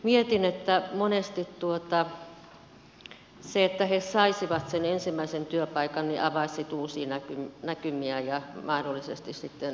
mietin että monesti se että he saisivat sen ensimmäisen työpaikan avaisi sitten uusia näkymiä ja mahdollisesti sitten työnsaantimahdollisuudetkin paranisivat